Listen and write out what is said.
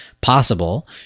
possible